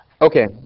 Okay